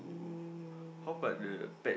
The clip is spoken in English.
um